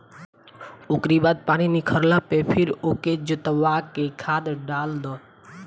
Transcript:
ओकरी बाद पानी निखरला पे फिर ओके जोतवा के खाद डाल दअ